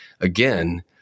again